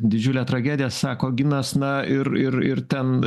didžiulė tragedija sako ginas na ir ir ir ten